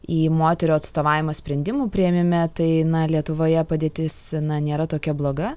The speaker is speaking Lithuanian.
į moterų atstovavimą sprendimų priėmime tai lietuvoje padėtis na nėra tokia bloga